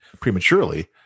prematurely